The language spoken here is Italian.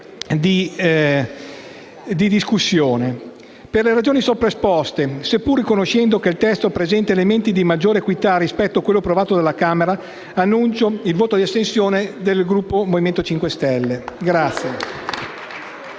Per le ragioni sopra esposte, seppur riconoscendo che il testo presenta elementi di maggior equità rispetto a quello approvato dalla Camera, annuncio il voto di astensione del Gruppo Movimento 5 Stelle.